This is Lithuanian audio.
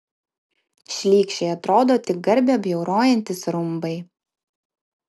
šlykščiai atrodo tik garbę bjaurojantys rumbai